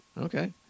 okay